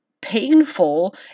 painful